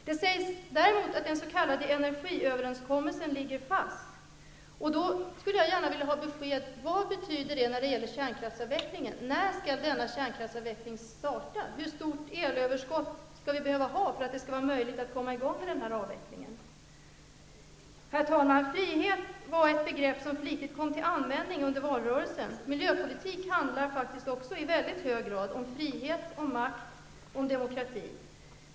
Det sägs däremot att den s.k. energiöverenskommelsen ligger fast. Då skulle jag gärna vilja ha besked om vad det betyder när det gäller kärnkraftsavvecklingen. När skall denna kärnkraftsavveckling starta? Hur stort elöverskott skall vi behöva ha för att det skall vara möjligt att komma igång med avvecklingen? Herr talman! Frihet var ett begrepp som flitigt kom till användning under valrörelsen. Miljöpolitik handlar faktiskt också i mycket hög grad om frihet, om makt och om demokrati.